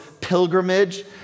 pilgrimage